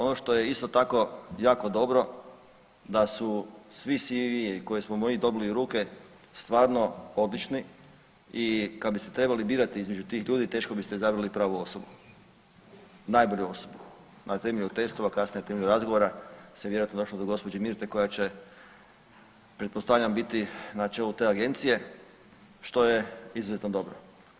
Ono što je isto tako jako dobro da su svi … [[Govornik se ne razumije]] i koje smo mi dobili u ruke stvarno obični i kad bi se trebali birati između tih ljudi teško biste izabrali pravu osobu, najbolju osobu, na temelju testova, kasnije na temelju razgovora se vjerojatno došlo do gđe. Mirte koja će pretpostavljam biti na čelu te agencije, što je izuzetno dobro.